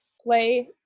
play